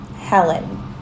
Helen